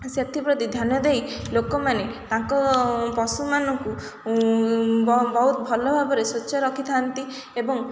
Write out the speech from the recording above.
ସେଥିପ୍ରତି ଧ୍ୟାନ ଦେଇ ଲୋକମାନେ ତାଙ୍କ ପଶୁମାନଙ୍କୁ ବହୁତ ଭଲ ଭାବରେ ସ୍ୱଚ୍ଛ ରଖିଥାନ୍ତି ଏବଂ